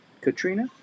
Katrina